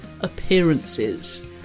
appearances